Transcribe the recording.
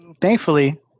thankfully